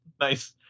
Nice